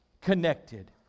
connected